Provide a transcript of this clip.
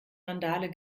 randale